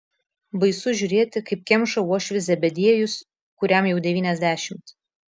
baisu žiūrėti kaip kemša uošvis zebediejus kuriam jau devyniasdešimt